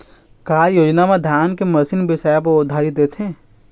का योजना मे धान के लिए मशीन बिसाए बर उधारी देथे?